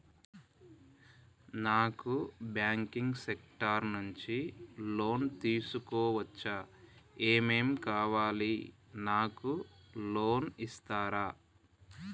నాకు banking sector నుంచి loan తీసుకోవచ్చా? ఏమేం కావాలి? నాకు లోన్ ఇస్తారా?